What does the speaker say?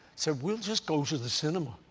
so we'll just go to the cinema.